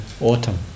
autumn